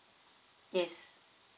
yes